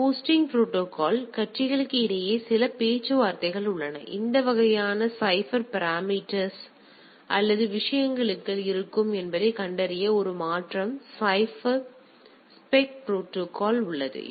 handshaking protocol எனவே கட்சிகளுக்கு இடையே சில பேச்சுவார்த்தைகள் உள்ளன எந்த வகையான சைபர் பரா மீட்டர் அல்லது விஷயங்கள் இருக்கும் என்பதைக் கண்டறிய ஒரு மாற்றம் சைபர் ஸ்பெக் ப்ரோடோகால் உள்ளது